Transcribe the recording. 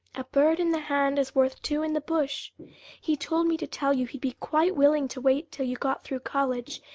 a bird in the hand is worth two in the bush he told me to tell you he'd be quite willing to wait till you got through college,